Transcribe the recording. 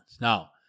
Now